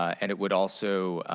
and it would also